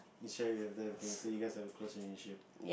can share with them with things so you guys have a close relationship